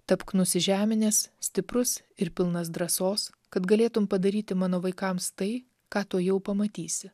tapk nusižeminęs stiprus ir pilnas drąsos kad galėtum padaryti mano vaikams tai ką tuojau pamatysi